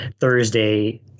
Thursday